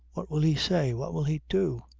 what will he say? what will he do?